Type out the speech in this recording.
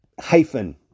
hyphen